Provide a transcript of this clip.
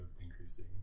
increasing